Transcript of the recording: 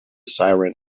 siren